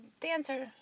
dancer